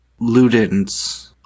Ludens